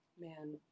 Man